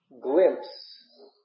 glimpse